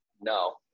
No